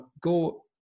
go